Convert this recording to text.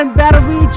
battery